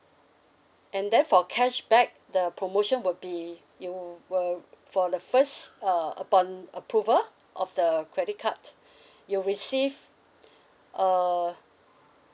and then for cashback the promotion will be you will for the first uh upon approval of the credit card you'll receive uh